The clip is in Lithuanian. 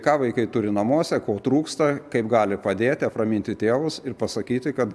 ką vaikai turi namuose ko trūksta kaip gali padėti apraminti tėvus ir pasakyti kad